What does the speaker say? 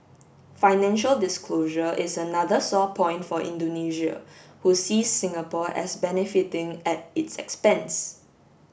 financial disclosure is another sore point for Indonesia who sees Singapore as benefiting at its expense